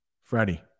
Freddie